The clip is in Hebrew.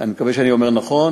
אני מקווה שאני אומר נכון.